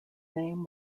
name